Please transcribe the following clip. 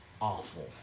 awful